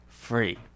free